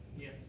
Yes